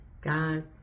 God